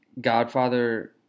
Godfather